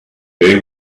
they